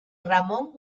ramón